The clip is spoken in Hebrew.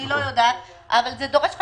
אבל זה דורש חשיבה.